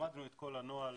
למדנו את כל הנוהל,